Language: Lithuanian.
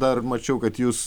dar mačiau kad jūs